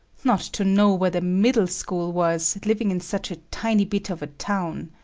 not to know where the middle school was, living in such a tiny bit of a town.